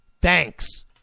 Thanks